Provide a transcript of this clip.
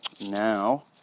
Now